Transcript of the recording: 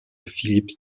philippe